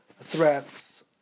threats